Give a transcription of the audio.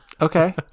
Okay